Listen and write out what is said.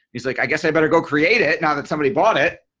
he's like i guess i'd better go create it now that somebody bought it.